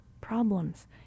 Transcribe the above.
problems